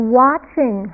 watching